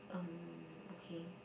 um okay